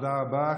תודה רבה.